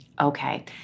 Okay